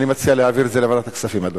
אני מציע להעביר את זה לוועדת הכספים, אדוני.